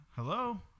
hello